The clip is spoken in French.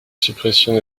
suppression